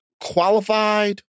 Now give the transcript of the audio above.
qualified